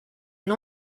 une